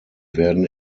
werden